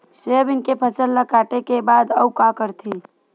Soybean के फसल ल काटे के बाद आऊ का करथे?